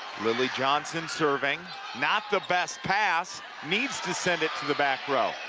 lily johnson serving not the best pass needs to send it to the back row.